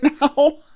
now